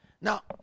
Now